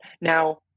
Now